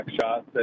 shots